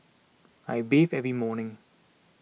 I bathe every morning